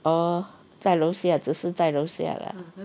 oh 在楼下只是在楼下 lah